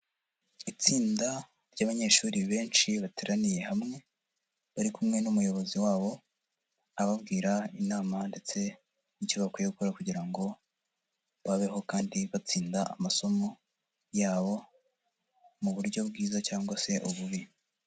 Itsinda ry'abanyeshuri benshi bateraniye hamwe bari kumwe n'umuyobozi wabo, ababwira inama ndetse n'icyo bakwiye gukora kugira ngo babeho kandi batsinda amasomo yabo, mu buryo bwiza cyangwa se ububi.